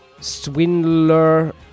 swindler